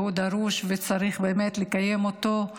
והוא דרוש וצריך לקיים אותו.